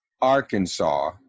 Arkansas